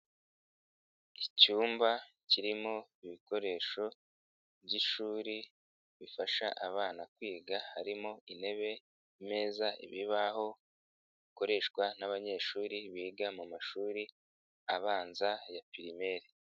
Icyumba kirimo ibikoresho by'ishuri bifasha abana kwiga harimo intebe, ameza, ibibaho bikoreshwa n'abanyeshuri biga mu mashuri abanza ya primeri.